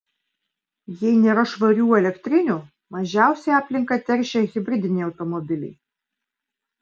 jei nėra švarių elektrinių mažiausiai aplinką teršia hibridiniai automobiliai